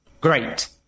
Great